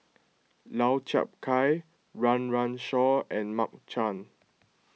Lau Chiap Khai Run Run Shaw and Mark Chan